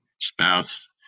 spouse